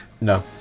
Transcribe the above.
No